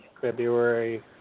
February